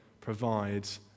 provides